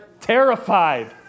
terrified